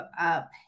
up